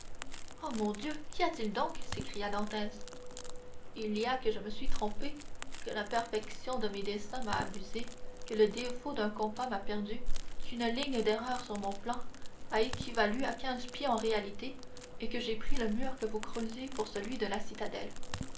oh mon dieu qu'y a-t-il donc s'écria dantès il y a que je me suis trompé que l'imperfection de mes dessins m'a abusé que le défaut d'un compas m'a perdu qu'une ligne d'erreur sur mon plan a équivalu à quinze pieds en réalité et que j'ai pris le mur que vous creusez pour celui de la citadelle